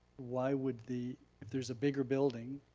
why would the, if there's a bigger building,